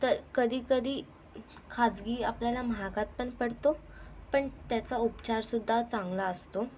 तर कधीकधी खाजगी आपल्याला महागातपण पडतो पण त्याचा उपचारसुद्धा चांगला असतो